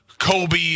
Kobe